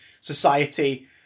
society